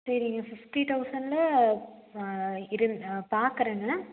சரிங்க ஃபிஃப்டி தௌசண்டில் இருந் பார்க்கறேங்க